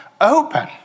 open